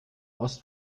ost